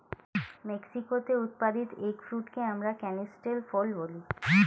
মেক্সিকোতে উৎপাদিত এগ ফ্রুটকে আমরা ক্যানিস্টেল ফল বলি